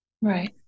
Right